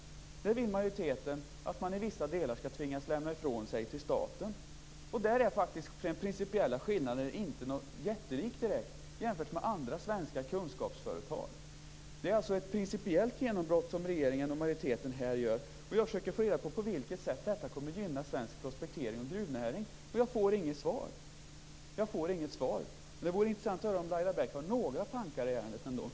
Då vill majoriteten att de i vissa delar skall tvingas lämna ifrån sig detta till staten. Där är den principiella skillnaden inte direkt jättelik, jämfört med andra svenska kunskapsföretag. Det är alltså ett principiellt genombrott som regeringen och majoriteten här gör. Jag försöker få reda på hur detta kommer att gynna svensk prospektering och gruvnäring, men jag får inget svar. Det vore intressant att höra om Laila Bäck ändå har några tankar i ärendet.